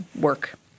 work